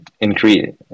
increase